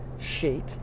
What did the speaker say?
sheet